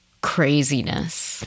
craziness